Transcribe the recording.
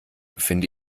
finde